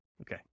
Okay